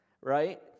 Right